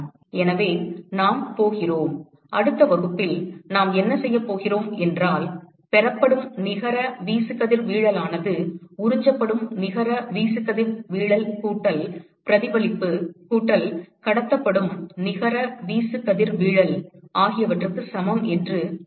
எனவே நாம் போகிறோம் அடுத்த வகுப்பில் நாம் என்ன செய்யப் போகிறோம் என்றால் பெறப்படும் நிகர வீசுகதிர்வீழல் ஆனது உறிஞ்சப்படும் நிகர வீசுகதிர்வீழல் கூட்டல் பிரதிபலிப்பு கூட்டல் கடத்தப்படும் நிகர வீசுகதிர்வீழல் ஆகியவற்றுக்கு சமம் என்று அறிமுகப்படுத்தப் போகிறோம்